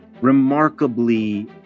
remarkably